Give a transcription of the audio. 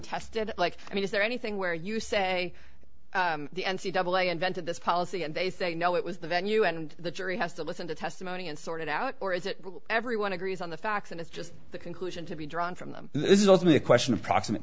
contested like i mean is there anything where you say the n c w invented this policy and they say no it was the venue and the jury has to listen to testimony and sort it out or is it everyone agrees on the facts and it's just the conclusion to be drawn from them this isn't a question of proximate